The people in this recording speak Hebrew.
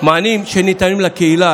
המענים שניתנים לקהילה,